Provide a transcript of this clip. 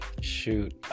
Shoot